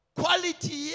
quality